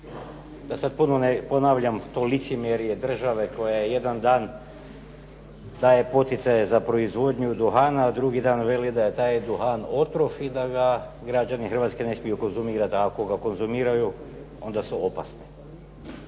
Da sada ne ponavljam to licemjerje države koja jedan dan daje poticaje za proizvodnju duhana, a dugi dan veli da je taj duhan otrov i da ga građani Hrvatske ne smiju konzumirati, a ako ga konzumiraju, onda su opasni.